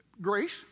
Grace